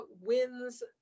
wins